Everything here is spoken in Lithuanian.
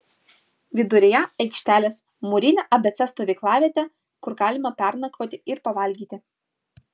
viduryje aikštelės mūrinė abc stovyklavietė kur galima pernakvoti ir pavalgyti